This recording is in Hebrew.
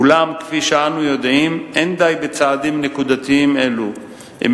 אולם כמו שאנו יודעים אין די בצעדים נקודתיים אלו אם